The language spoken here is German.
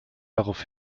darauf